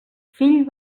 fill